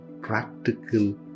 practical